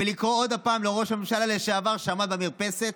לקרוא עוד פעם לראש הממשלה לשעבר שעמד במרפסת.